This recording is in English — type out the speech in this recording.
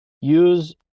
use